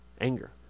anger